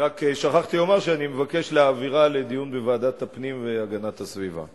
רק שכחתי לומר שאני מבקש להעבירה לדיון בוועדת הפנים והגנת הסביבה.